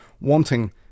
wanting